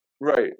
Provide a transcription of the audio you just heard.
Right